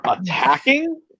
attacking